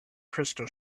crystal